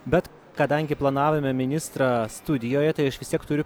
bet kadangi planavome ministrą studijoje tai aš vis tiek turiu